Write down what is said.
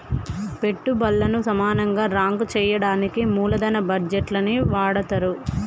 పెట్టుబల్లను సమానంగా రాంక్ చెయ్యడానికి మూలదన బడ్జేట్లని వాడతరు